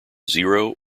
zero